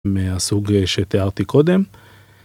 מהסוג אה.. שתיארתי קודם.